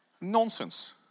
Nonsense